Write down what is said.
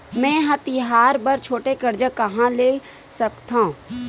मेंहा तिहार बर छोटे कर्जा कहाँ ले सकथव?